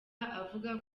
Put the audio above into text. avuga